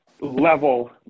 level